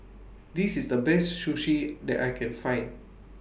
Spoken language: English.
This IS The Best Sushi that I Can Find